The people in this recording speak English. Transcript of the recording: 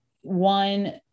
one